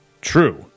True